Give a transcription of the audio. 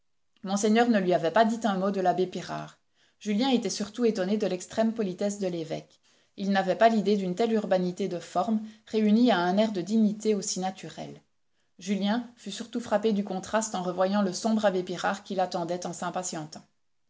monseigneur ne lui avait pas dit un mot de l'abbé pirard julien était surtout étonné de l'extrême politesse de l'évêque il n'avait pas l'idée d'une telle urbanité de formes réunie à un air de dignité aussi naturel julien fut surtout frappé du contraste en revoyant le sombre abbé pirard qui l'attendait en s'impatientant